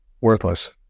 worthless